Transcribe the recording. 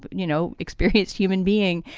you know, experienced human being.